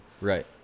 right